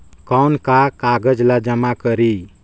कौन का कागज ला जमा करी?